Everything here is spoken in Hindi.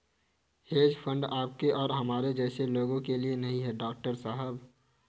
हेज फंड आपके और हमारे जैसे लोगों के लिए नहीं है, डॉक्टर साहब